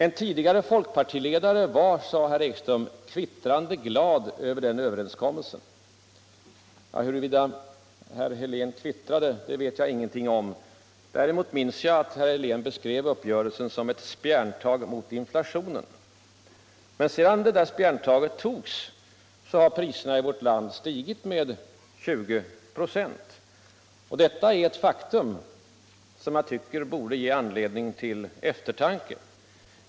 En tidigare folkpartiledare var, sade herr Ekström, ”kvittrande glad” över den överenskommelsen. Huruvida herr Helén kvittrade vet jag ingenting om. Däremot minns jag att herr Helén beskrev uppgörelsen som ”ett spjärntag mot inflationen”. Men sedan det där spjärntaget togs har priserna i vårt land stigit med 20 96, och detta är ett faktum som jag tycker borde ge anledning till eftertanke.